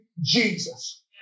Jesus